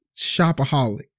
shopaholic